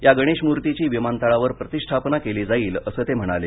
या गणेश मूर्तीची विमानतळावर प्रतिष्ठापना केली जाईल अस ते म्हणाले